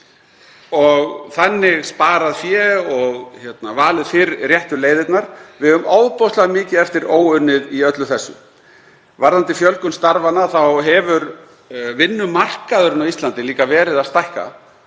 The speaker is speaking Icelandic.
og þannig sparað fé og valið fyrr réttu leiðirnar. Við eigum ofboðslega mikið eftir óunnið í öllu þessu. Varðandi fjölgun starfanna þá hefur vinnumarkaðurinn á Íslandi líka verið að stækka